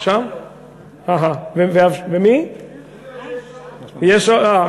ויש עוד.